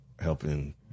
helping